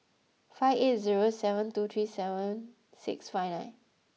five eight zero seven two three seven six five nine